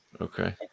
okay